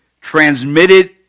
transmitted